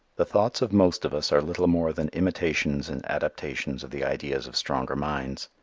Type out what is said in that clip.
the thoughts of most of us are little more than imitations and adaptations of the ideas of stronger minds.